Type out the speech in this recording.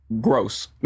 gross